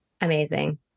Amazing